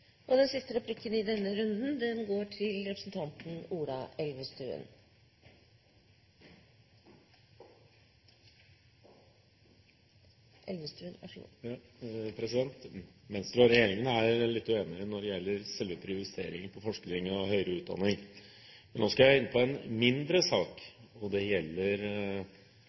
Venstre og regjeringen er litt uenige når det gjelder selve prioriteringen på forskning og høyere utdanning. Men nå skal jeg inn på en mindre sak, og det gjelder